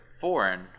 foreign